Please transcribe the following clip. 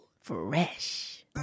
Fresh